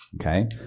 Okay